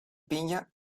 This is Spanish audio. piña